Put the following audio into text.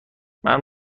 منم